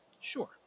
Sure